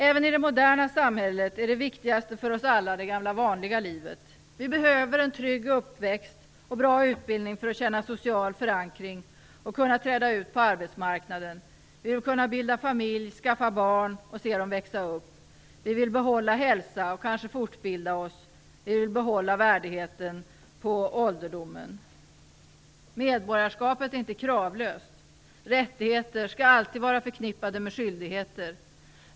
Även i det moderna samhället är det viktigaste för oss alla det gamla vanliga livet. Vi behöver en trygg uppväxt och bra utbildning för att känna social förankring och kunna träda ut på arbetsmarknaden, bilda familj, skaffa barn och se dem växa upp. Vi vill behålla hälsa och kanske fortbilda oss. Vi vill behålla värdigheten på ålderdomen. Medborgarskapet är inte kravlöst. Rättigheter skall alltid vara förknippade med skyldigheter.